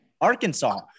Arkansas